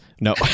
No